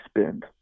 spend